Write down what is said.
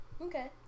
Okay